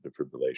defibrillation